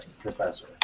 professor